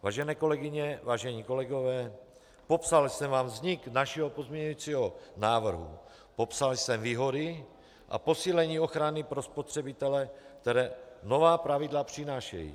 Vážené kolegyně, vážení kolegové, popsal jsem vám vznik našeho pozměňovacího návrhu, popsal jsem výhody a posílení ochrany pro spotřebitele, které nová pravidla přinášejí.